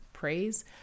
praise